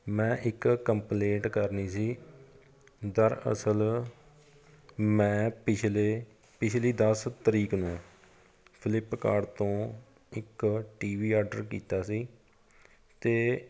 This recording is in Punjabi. ਮੈਂ ਇੱਕ ਕੰਪਲੇਂਟ ਕਰਨੀ ਸੀ ਦਰਅਸਲ ਮੈਂ ਪਿਛਲੇ ਪਿਛਲੀ ਦਸ ਤਰੀਕ ਨੂੰ ਫਲਿੱਪਕਾਰਟ ਤੋਂ ਇੱਕ ਟੀ ਵੀ ਆਡਰ ਕੀਤਾ ਸੀ ਅਤੇ